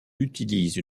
utilise